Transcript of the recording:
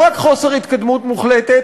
לא רק חוסר התקדמות מוחלט,